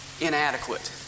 inadequate